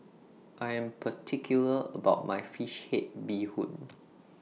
I Am particular about My Fish Head Bee Hoon